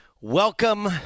Welcome